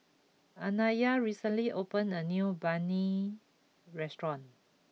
Anaya recently opened a new Banh Mi restaurant